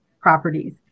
properties